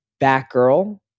Batgirl